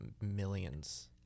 millions